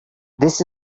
this